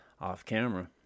off-camera